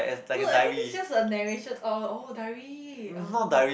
no I think this is just a narration oh oh diary oh